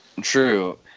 True